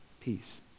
peace